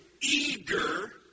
eager